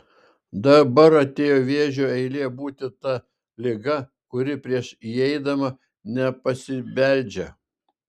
dabar atėjo vėžio eilė būti ta liga kuri prieš įeidama nepasibeldžia